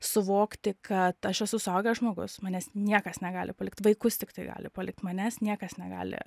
suvokti kad aš esu suaugęs žmogus manęs niekas negali palikt vaikus tiktai gali palikt manęs niekas negali